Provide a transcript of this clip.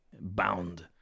bound